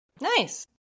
Nice